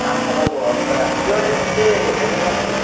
কাণ পকাব অস্তাত সিয়ো সেই সেনকেই লেবেল মাৰব